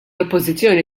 oppożizzjoni